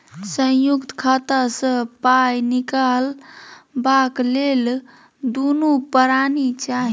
संयुक्त खाता सँ पाय निकलबाक लेल दुनू परानी चाही